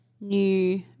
new